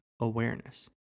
awareness